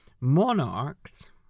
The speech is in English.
monarchs